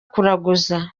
kuraguza